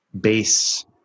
base